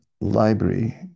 library